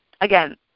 Again